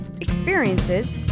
experiences